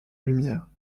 lumière